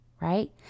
right